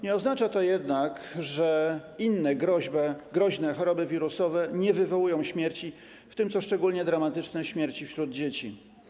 Nie oznacza to jednak, że inne groźne choroby wirusowe nie wywołują śmierci, w tym, co szczególnie dramatyczne, śmierci wśród dzieci.